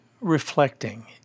reflecting